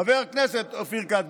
חבר הכנסת אופיר כץ.